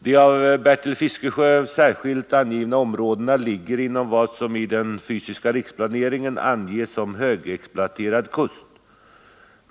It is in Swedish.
De av Bertil Fiskesjö särskilt angivna områdena ligger inom vad som i den fysiska riksplaneringen anges som högexploaterad kust.